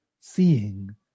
seeing